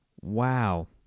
wow